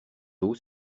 d’eau